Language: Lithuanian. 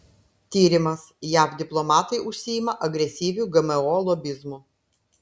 tyrimas jav diplomatai užsiima agresyviu gmo lobizmu